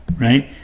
right?